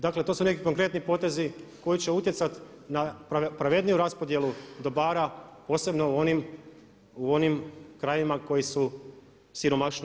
Dakle, to su neki konkretni potezi koji će utjecati na pravedniju raspodjelu dobara posebno u onim krajevima koji su siromašniji.